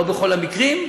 לא בכל המקרים,